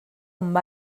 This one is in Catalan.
amb